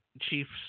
Chief's